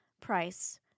price